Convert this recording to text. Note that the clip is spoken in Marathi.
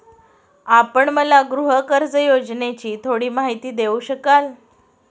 आपण मला गृहकर्ज योजनेची थोडी माहिती देऊ शकाल का?